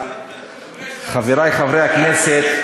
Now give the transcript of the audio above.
אריה חייב להיות במקום ראשון.